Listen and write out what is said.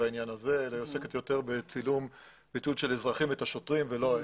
בעניין הזה אלא היא עוסקת יותר בצילום אזרחים את השוטרים ולא ההיפך.